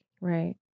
Right